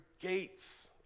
gates